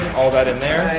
all that in there,